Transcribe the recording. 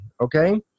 okay